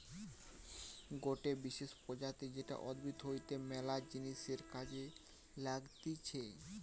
গটে বিশেষ প্রজাতি যেটা উদ্ভিদ হইতে ম্যালা জিনিসের কাজে লাগতিছে